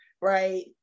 right